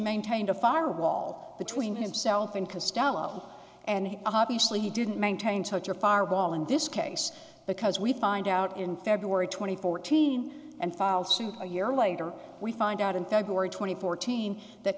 maintained a fire wall between himself and costello and obviously he didn't maintain such a fireball in this case because we find out in february twenty four team and filed suit a year later we find out in february twenty four team that